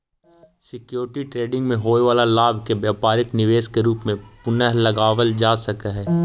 security trading में होवे वाला लाभ के व्यापारिक निवेश के रूप में पुनः लगावल जा सकऽ हई